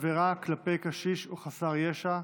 עבירה כלפי קשיש או חסר ישע),